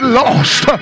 lost